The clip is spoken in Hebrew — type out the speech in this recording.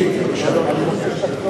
אני רוצה הודעה אישית.